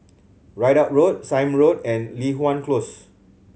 Ridout Road Sime Road and Li Hwan Close